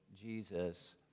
Jesus